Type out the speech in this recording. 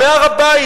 מהר-הבית,